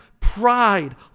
pride